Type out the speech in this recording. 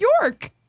York